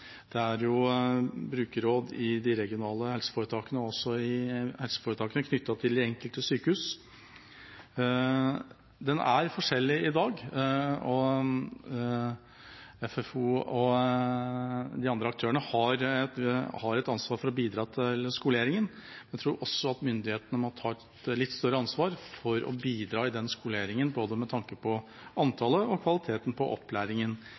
der. Til slutt vil jeg rette søkelyset mot opplæring av dem som i dag sitter med et særlig brukermedvirkningsansvar – det er brukerråd i de regionale helseforetakene, og også i helseforetakene, knyttet til de enkelte sykehus. Opplæringen er forskjellig i dag, og FFO og de andre aktørene har et ansvar for å bidra til skoleringen. Jeg tror også at myndighetene må ta et litt større ansvar for å bidra i